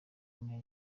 ine